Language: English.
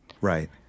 Right